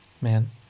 Man